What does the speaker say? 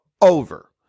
over